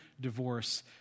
divorce